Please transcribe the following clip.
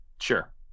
sure